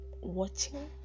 watching